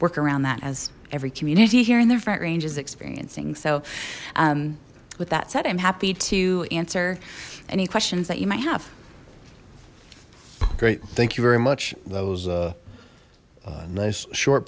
work around that as every community here in their front range is experiencing so with that said i'm happy to answer any questions that you might have great thank you very much that was a nice short